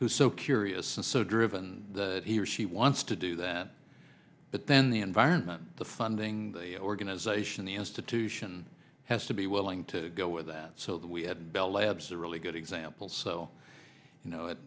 who's so curious and so driven that he or she wants to do that but then the environment the funding the organisation the institution has to be willing to go with that so that we had bell labs a really good example so you know it